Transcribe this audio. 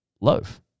loaf